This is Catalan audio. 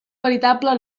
veritable